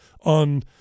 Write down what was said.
on